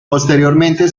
posteriormente